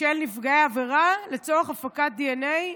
של נפגעי העבירה לצורך הפקת דנ"א,